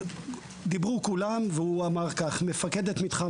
דיברו כולם והוא אמר כך: מפקדת מתחם